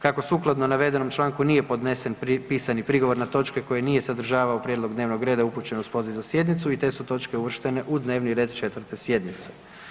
Kako sukladno navedenom članku nije podnesen pisani prigovor na točke koje nije sadržavao prijedlog dnevnog reda upućen uz poziv za sjednicu i te su točke uvrštene u dnevni red 4. sjednice.